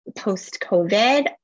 post-COVID